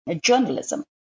journalism